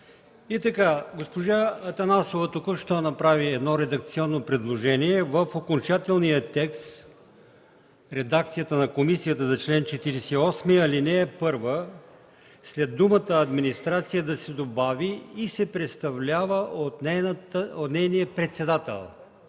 Госпожа Атанасова, току-що направи едно редакционно предложение – в окончателния текст в редакцията на комисията за чл. 48, ал. 1, след думата „администрация” да се добави „и се представлява от нейния председател”.